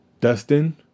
Dustin